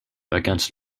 against